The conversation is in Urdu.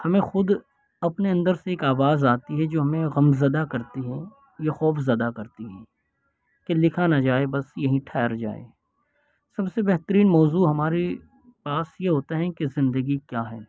ہمیں خود اپنے اندر سے ایک آواز آتی ہے جو ہمیں غمزدہ کرتی ہیں یا خوف زدہ کرتی ہیں کہ لکھا نہ جائے بس یہیں ٹھہر جائے سب سے بہترین موضوع ہماری پاس یہ ہوتا ہے کہ زندگی کیا ہے